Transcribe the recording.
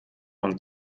und